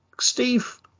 Steve